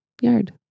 yard